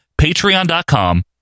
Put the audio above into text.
patreon.com